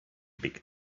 big